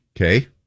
Okay